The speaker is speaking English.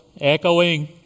echoing